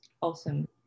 Awesome